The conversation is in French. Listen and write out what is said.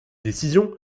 décision